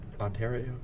Ontario